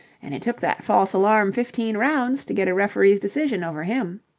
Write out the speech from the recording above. and it took that false alarm fifteen rounds to get a referee's decision over him.